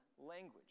language